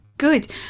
good